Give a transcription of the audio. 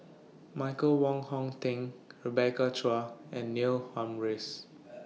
Michael Wong Hong Teng Rebecca Chua and Neil Humphreys